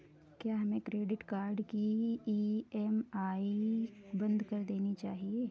क्या हमें credit card की ई.एम.आई बंद कर देनी चाहिए?